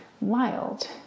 wild